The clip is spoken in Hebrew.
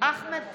אחמד טיבי,